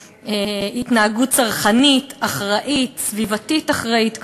התנהגות צרכנית, אחראית, סביבתית אחראית כמובן.